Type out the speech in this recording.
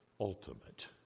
ultimate